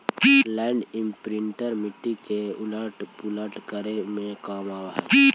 land imprinter मिट्टी के उलट पुलट करे में काम आवऽ हई